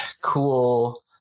cool